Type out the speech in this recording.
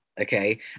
okay